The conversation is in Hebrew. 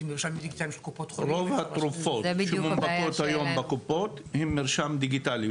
רוב התרופות שמונפקות היום בקופות הן עם מרשם דיגיטלי.